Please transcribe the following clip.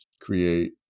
create